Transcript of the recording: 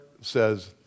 says